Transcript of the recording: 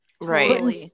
Right